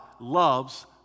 loves